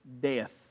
Death